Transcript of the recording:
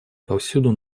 повсюду